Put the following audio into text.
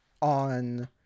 on